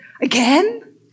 again